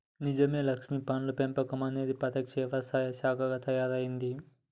నిజమే లక్ష్మీ పండ్ల పెంపకం అనేది ప్రత్యేక వ్యవసాయ శాఖగా తయారైంది